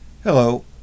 Hello